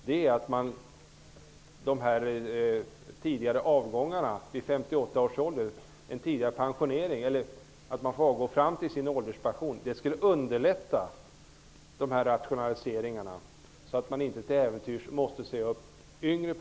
Tidiga avgångar, dvs. att man får gå i pension från det att man är 58 år och fram till ålderspensioneringen, skulle underlätta rationaliseringarna och medföra att yngre poliser inte måste sägas upp.